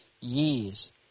years